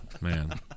Man